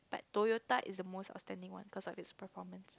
Toyota is the most outstanding one cause of it's performance